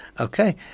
Okay